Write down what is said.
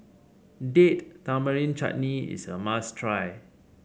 Date Tamarind Chutney is a must try